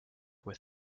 with